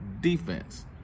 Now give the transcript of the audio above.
defense